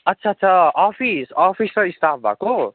अच्छा अच्छा office office र स्टाफ भएको